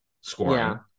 scoring